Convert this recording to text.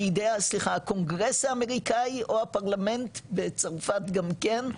בידי הסליחה הקונגרס האמריקאי או הפרלמנט בצרפת גם כן,